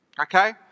okay